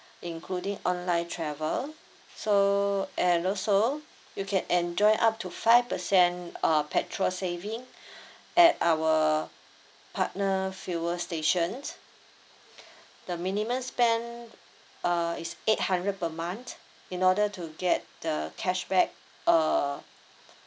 including online travel so and also you can enjoy up to five percent uh petrol saving at our partner fuel stations the minimum spend uh is eight hundred per month in order to get the cashback uh